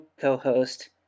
co-host